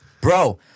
Bro